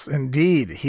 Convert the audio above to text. indeed